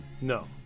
No